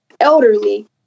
elderly